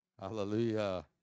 hallelujah